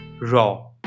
raw